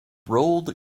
rolled